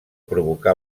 provocà